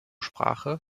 sprache